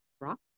rock